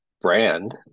brand